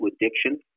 addiction